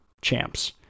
champs